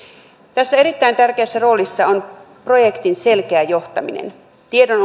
tässä erittäin tärkeässä roolissa on projektin selkeä johtaminen tiedon